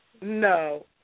No